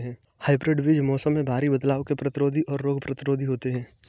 hybrid बीज मौसम में भारी बदलाव के प्रतिरोधी और रोग प्रतिरोधी होते हैं